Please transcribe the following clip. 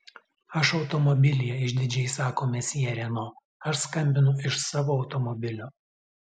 aš automobilyje išdidžiai sako mesjė reno aš skambinu iš savo automobilio